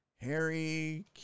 Harry